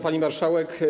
Pani Marszałek!